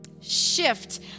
shift